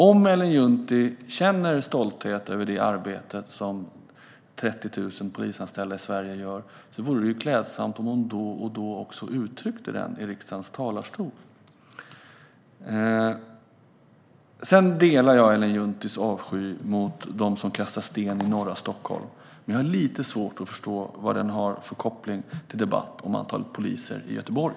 Om Ellen Juntti känner stolthet över det arbete som 30 000 polisanställda i Sverige gör vore det klädsamt om hon då och då också uttryckte det i riksdagens talarstol. Sedan delar jag Ellen Junttis avsky mot dem som kastar sten i norra Stockholm, men jag har lite svårt att förstå vad det har för koppling till debatten om antalet poliser i Göteborg.